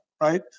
right